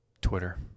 Twitter